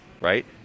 right